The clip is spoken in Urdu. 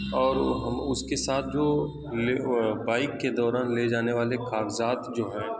اور وہ ہم اس کے ساتھ جو لے بائیک کے دوران لے جانے والے کاغذات جو ہیں